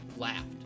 laughed